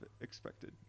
expected